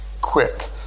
quick